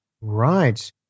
Right